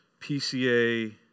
PCA